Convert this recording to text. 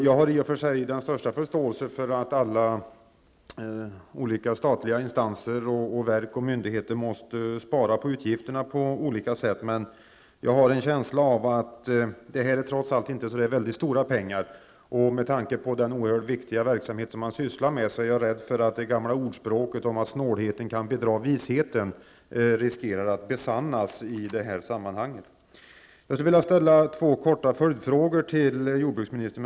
Jag har i och för sig den största förståelse för att alla olika statliga instanser, verk och myndigheter på olika sätt måste spara in på utgifterna, men jag har en känsla av att det i det här fallet inte rör sig om så väldigt stora pengar. Med tanke på den oerhört viktiga verksamhet man bedriver är jag rädd för att det gamla ordspråket om att snålheten kan bedra visheten riskerar att besannas. Jag vill med anledning av det svar som jag har fått ställa två följdfrågor till jordbruksministern.